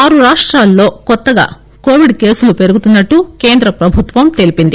ఆరు రాష్టాలలో కొత్తగా కోవిడ్ కేసులు పెరుగుతున్నట్లు కేంద్ర ప్రభుత్వం తెలిపింది